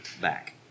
back